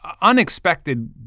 unexpected